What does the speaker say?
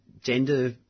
gender